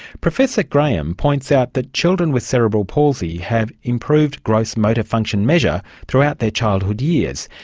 professor graham points out that children with cerebral palsy have improved gross motor function measure throughout their childhood years,